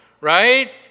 right